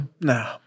No